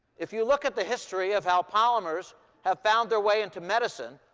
if you look at the history of how polymers have found their way into medicine,